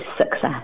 success